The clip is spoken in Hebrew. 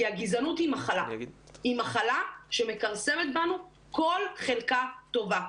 כי הגזענות היא מחלה שמכרסת בנו כל חלקה טובה,